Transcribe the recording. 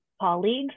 colleagues